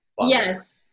yes